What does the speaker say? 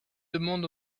demande